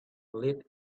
lead